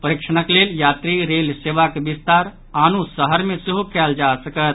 परीक्षणक लेल यात्री रेल सेवाक विस्तार आनो शहर मे सेहो कयल जा सकत